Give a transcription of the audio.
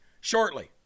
shortly